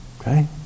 Okay